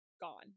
gone